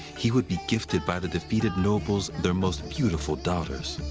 he would be gifted by the defeated nobles their most beautiful daughters.